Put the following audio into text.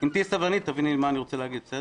תהיה סבלנית, תביני מה אני רוצה להגיד, בסדר?